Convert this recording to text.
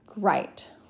Great